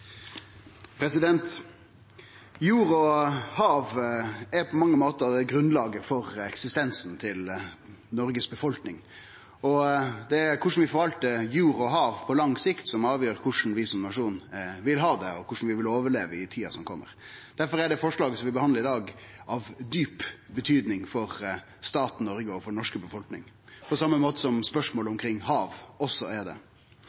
på mange måtar grunnlaget for eksistensen til Noregs befolkning. Korleis vi forvaltar jord og hav på lang sikt avgjer korleis vi som nasjon vil ha det og korleis vi vil overleve i tida som kjem. Derfor er det forslaget som vi behandlar i dag, av djup betydning for staten Noreg og den norske befolkninga, på same måte som spørsmål kring hav også er det.